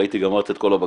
ראיתי, גמרת את כל הבקבוק,